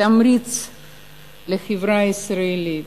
תמריץ לחברה הישראלית,